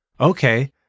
Okay